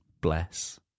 Bless